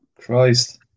Christ